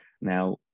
Now